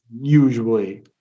usually